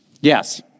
Yes